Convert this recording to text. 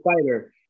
fighter